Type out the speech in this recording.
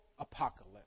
apocalypse